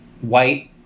white